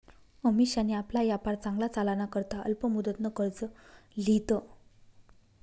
अमिशानी आपला यापार चांगला चालाना करता अल्प मुदतनं कर्ज ल्हिदं